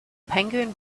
penguin